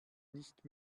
nicht